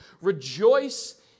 rejoice